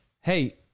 hey